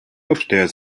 upstairs